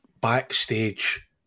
backstage